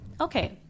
Okay